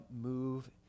move